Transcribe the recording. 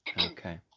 okay